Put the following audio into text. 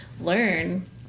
learn